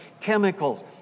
chemicals